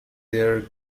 their